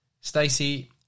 Stacey